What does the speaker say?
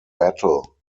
battle